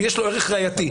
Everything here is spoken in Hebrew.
יש לו ערך ראייתי.